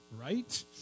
right